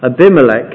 Abimelech